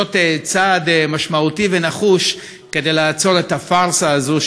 לעשות צעד משמעותי ונחוש כדי לעצור את הפארסה הזו,